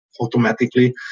automatically